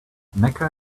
mecca